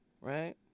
right